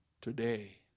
today